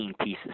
pieces